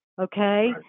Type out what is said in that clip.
Okay